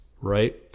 right